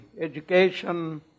education